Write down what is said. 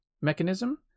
mechanism